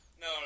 No